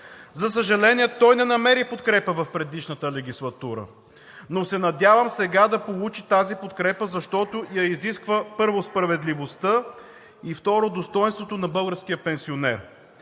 За съжаление, той не намери подкрепа в предишната легислатура, но се надявам сега да получи тази подкрепа, защото я изисква, първо, справедливостта и, второ, достойнството на българския пенсионер.